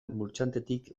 murchantetik